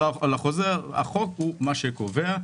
החוק קובע,